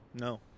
No